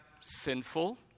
sinful